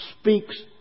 speaks